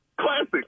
Classic